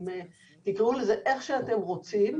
תקראו לזה איך שאתם רוצים,